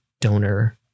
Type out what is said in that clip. donor